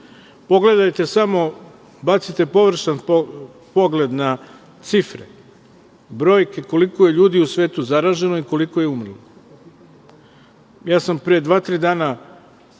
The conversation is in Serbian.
živote. Pogledajte samo, bacite površan pogled na cifre koliko je ljudi u svetu zaraženo, koliko je umrlo. Ja sam pre dva, tri dana